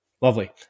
Lovely